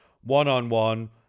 one-on-one